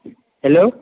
hello